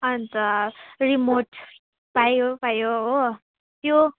अन्त रिमोट पायो पायो हो त्यो